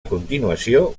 continuació